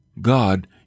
God